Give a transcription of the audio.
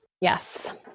Yes